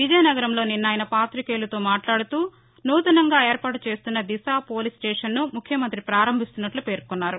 విజయనగరంలో నిన్న ఆయన పాతికేయులతో మాట్లాడుతూ విజయనగంలో నూతనంగా ఏర్పాటు చేస్తున్న దిశ పోలీస్ స్టేషన్ను ముఖ్యమంతి పారంభించనున్నట్లు పేర్కొన్నారు